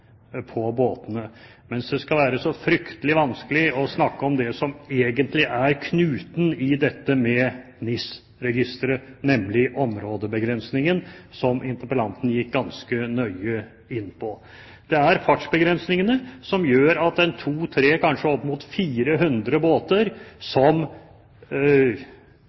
båtene, mens det skal være så fryktelig vanskelig å snakke om det som egentlig er knuten i dette med NIS-registeret, nemlig fartsområdebegrensningene, som interpellanten gikk ganske nøye inn på. Det er fartsområdebegrensningene som gjør at 200, 300, kanskje opp mot 400 båter som